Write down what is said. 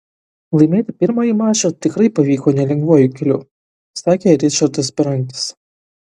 laimėti pirmąjį mačą tikrai pavyko nelengvuoju keliu sakė ričardas berankis